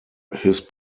his